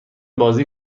بازی